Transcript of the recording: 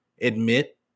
admit